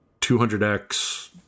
200x